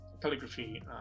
calligraphy